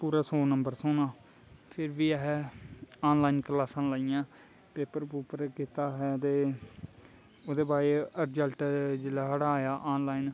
पूरा सौ नंबर थ्होना फिर बी असें आनलाइन क्लासां लाइयां पेपर पूपर कीता असें ते ओह्दे बाद च रिजल्ट जेल्लै साढ़ा आया आनलाइन